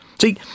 See